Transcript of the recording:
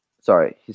Sorry